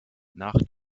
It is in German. nach